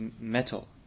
metal